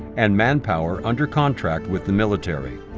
and manpower under contract with the military.